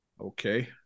okay